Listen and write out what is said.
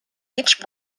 each